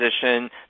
position